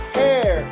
hair